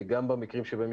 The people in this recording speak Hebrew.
מאומתים,